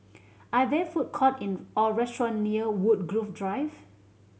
are there food court in or restaurant near Woodgrove Drive